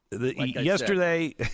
yesterday